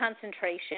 concentration